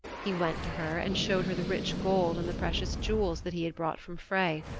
he went to her and showed her the rich gold and the precious jewels that he had brought from frey.